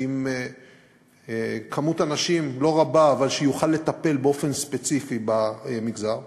עם כמות אנשים לא רבה אבל שיוכל לטפל באופן ספציפי במגזר.